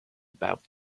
about